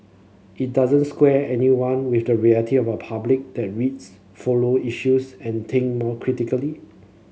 it doesn't square anyone with the reality of a public that reads follow issues and think more critically